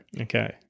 Okay